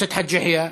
חבר הכנסת חאג' יחיא,